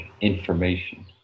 information